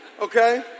okay